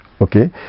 okay